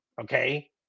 okay